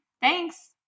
Thanks